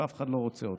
ואף אחד לא רוצה אותם.